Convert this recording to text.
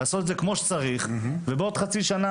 לעשות את זה כמו שצריך ובעוד חצי שנה